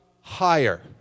higher